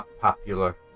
popular